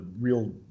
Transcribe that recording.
real